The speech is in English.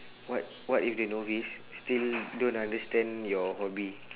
what what if the novice still don't understand your hobby